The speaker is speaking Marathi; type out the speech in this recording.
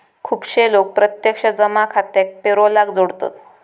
खुपशे लोक प्रत्यक्ष जमा खात्याक पेरोलाक जोडतत